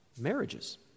marriages